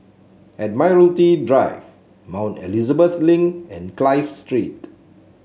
Admiralty Drive Mount Elizabeth Link and Clive Street